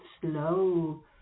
slow